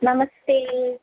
नमस्ते